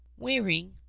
wearing